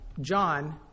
John